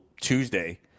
Tuesday